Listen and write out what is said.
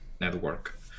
network